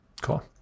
cool